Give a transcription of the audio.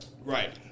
right